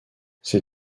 ces